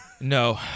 No